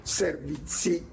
servizi